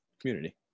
community